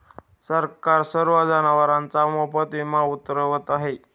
सरकार सर्व जनावरांचा मोफत विमा उतरवत आहे